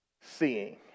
seeing